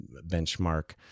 benchmark